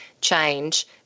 change